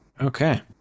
Okay